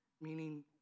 meaning